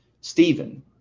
Stephen